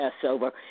Passover